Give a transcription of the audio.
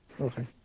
Okay